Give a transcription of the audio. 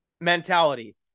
mentality